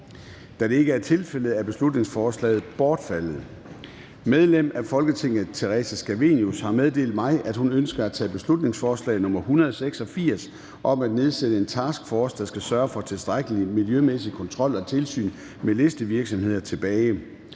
Da det ikke er tilfældet, er beslutningsforslaget bortfaldet. Medlem af Folketinget Theresa Scavenius (UFG) har meddelt mig, at hun ønsker at tage følgende forslag tilbage: Forslag til folketingsbeslutning om at nedsætte en taskforce, der skal sørge for tilstrækkelig miljømæssig kontrol og tilsyn med listevirksomheder.